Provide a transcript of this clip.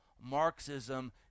Marxism